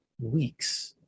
weeks